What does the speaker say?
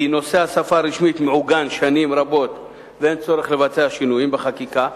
כי נושא השפה הרשמית מעוגן שנים רבות ואין צורך בשינוי החקיקה.